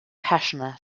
passionate